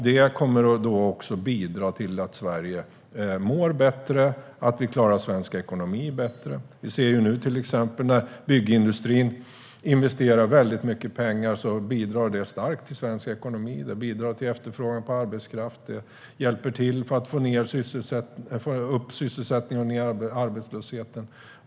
Detta kommer att bidra till att Sverige mår bättre och att vi klarar svensk ekonomi bättre. Som exempel ser vi nu att när byggindustrin investerar väldigt mycket pengar bidrar det starkt till svensk ekonomi. Det bidrar till en efterfrågan på arbetskraft, och det hjälper till att få upp sysselsättningen och få ned arbetslösheten.